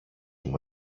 μου